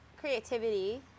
creativity